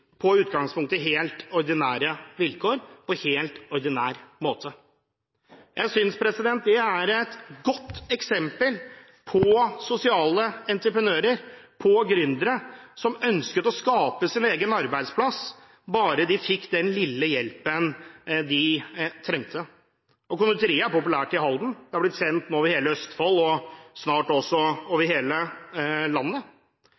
i utgangspunktet helt ordinære vilkår, på helt ordinær måte. Jeg synes det er et godt eksempel på sosiale entreprenører, på gründere som ønsket å skape sin egen arbeidsplass bare de fikk den lille hjelpen de trengte. Konditoriet er populært i Halden, det har blitt kjent over hele Østfold og snart også over hele landet.